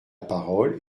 parole